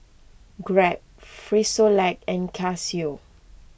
Grab Frisolac and Casio